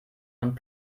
und